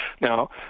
Now